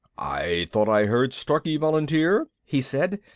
i thought i heard starkey volunteer, he said,